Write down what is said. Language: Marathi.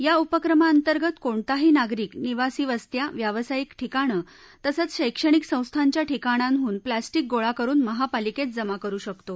या उपक्रमाअंतर्गत कोणताही नागरिक निवासी वस्त्या व्यावसायिक ठिकाणं तसंच शैक्षणिक संस्थांच्या ठिकाणांहून प्लास्टिक गोळा करून महापालिक्तीजमा करू शकतो